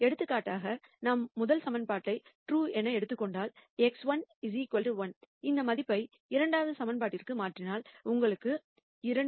எடுத்துக்காட்டாக நாம் முதல் ஈகிவேஷன் ட்ரூ என எடுத்துக் கொண்டால் x11 அந்த மதிப்பை இரண்டாவது ஈகிவேஷன்னை இப்போதுமாற்றினால் உங்களுக்கு 2 0